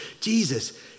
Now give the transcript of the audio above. Jesus